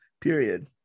period